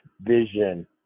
vision